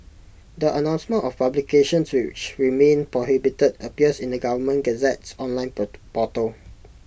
the announcement of publications which remain prohibited appears in the government Gazette's online portal